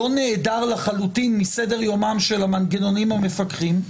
לא נעדר לחלוטין מסדר יומם של המנגנונים המפקחים,